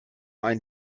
ein